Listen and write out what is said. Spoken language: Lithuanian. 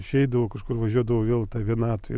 išeidavau kažkur važiuodavau vėl ta vienatvė